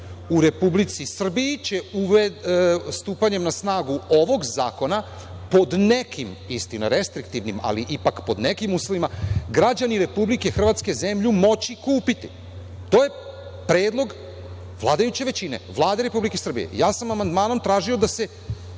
Republici Srbiji će stupanjem na snagu ovog zakona pod nekim, istina restriktivnim, ali ipak pod nekim uslovima, građani Republike Hrvatske zemlju moći kupiti. To je predlog vladajuće većine, Vlade Republike Srbije. Ja sam amandmanom tražio da se